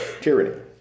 tyranny